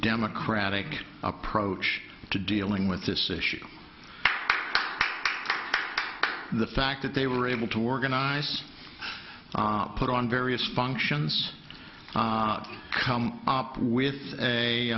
democratic approach to dealing with this issue the fact that they were able to organize put on various functions come up with